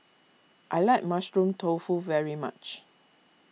I like Mushroom Tofu very much